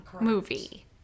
movie